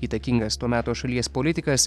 įtakingas to meto šalies politikas